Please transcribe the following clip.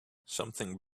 something